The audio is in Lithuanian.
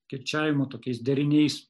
kirčiavimo tokiais deriniais